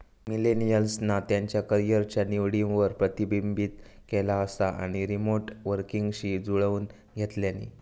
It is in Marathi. मिलेनियल्सना त्यांच्या करीयरच्या निवडींवर प्रतिबिंबित केला असा आणि रीमोट वर्कींगशी जुळवुन घेतल्यानी